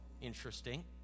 interesting